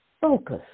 focus